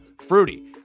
fruity